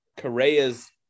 Correa's